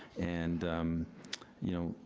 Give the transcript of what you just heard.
and you know,